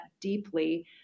deeply